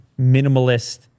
minimalist